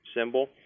symbol